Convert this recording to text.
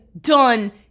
done